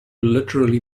literally